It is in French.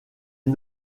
est